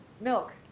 Milk